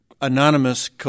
anonymous